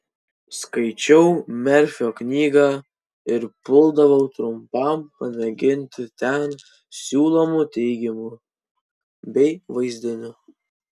skaičiau merfio knygą ir puldavau trumpam pamėginti ten siūlomų teigimų bei vaizdinių